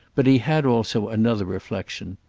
but he had also another reflexion.